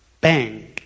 bang